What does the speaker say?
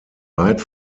weit